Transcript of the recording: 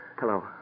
hello